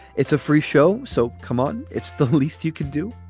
it's a free show. so come on, it's the least you could do.